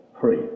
free